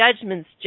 judgments